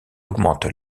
augmente